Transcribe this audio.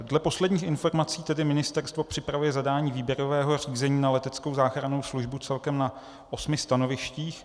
Dle posledních informací tedy ministerstvo připravuje zadání výběrového řízení na leteckou záchrannou službu celkem na osmi stanovištích.